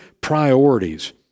priorities